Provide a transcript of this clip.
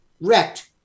wrecked